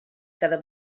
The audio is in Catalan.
cada